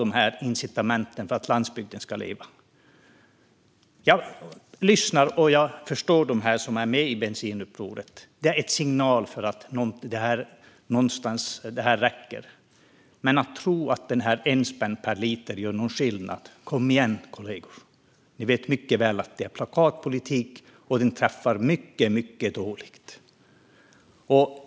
Det krävs andra incitament för att landsbygden ska leva. Jag lyssnar, och jag förstår dem som är med i Bensinupproret. Det är en signal om att det någonstans räcker. Men att tro att 1 spänn per liter gör skillnad - kom igen, kollegor! Ni vet mycket väl att det är plakatpolitik och att den träffar mycket, mycket dåligt.